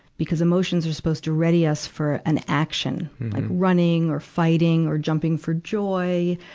because emotions are supposed to ready us for an action, like running or fighting or jumping for joy.